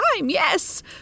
Yes